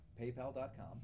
paypal.com